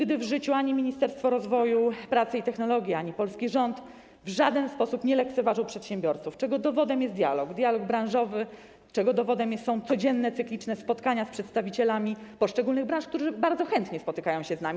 Nigdy w życiu ani Ministerstwo Rozwoju, Pracy i Technologii, ani polski rząd w żaden sposób nie lekceważyły przedsiębiorców, czego dowodem jest dialog branżowy, czego dowodem są codzienne, cykliczne spotkania z przedstawicielami poszczególnych branż, którzy bardzo chętnie spotykają się z nami.